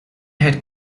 had